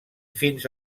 fins